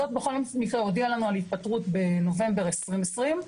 אז בכל מקרה זאת הודיעה לנו על התפטרות בנובמבר 2020,